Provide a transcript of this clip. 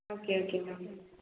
okay okay ma'am